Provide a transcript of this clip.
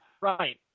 Right